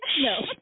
No